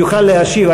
יוכל להשיב.